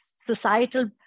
societal